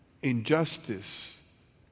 injustice